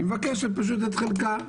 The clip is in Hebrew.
היא מבקשת פשוט את חלקה.